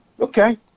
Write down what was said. Okay